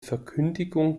verkündung